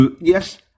Yes